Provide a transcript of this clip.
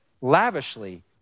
lavishly